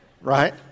Right